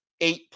eight